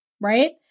right